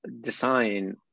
design